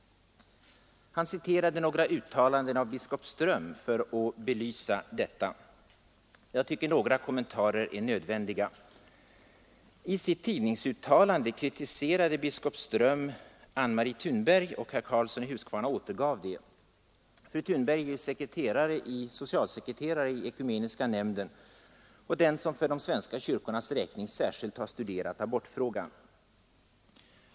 Han citerade några uttalanden av biskop Ström för att belysa detta. Några kommentarer är nödvändiga. I ett tidningsuttalande hade biskop Ström kritiserat Anne-Marie Thunberg, och herr Karlsson i Huskvarna återgav detta uttalande. Fru Thunberg är socialsekreterare i Ekumeniska nämnden och den som för de svenska kyrkornas räkning särskilt studerat abortfrågan.